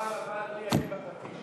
בפעם הבאה אדוני יכה בפטיש.